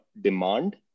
demand